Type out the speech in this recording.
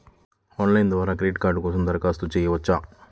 Online ద్వారా credit card కోసం దరఖాస్తు చేయవచ్చా?